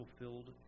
fulfilled